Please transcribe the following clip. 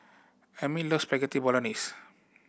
Amil loves Spaghetti Bolognese